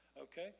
okay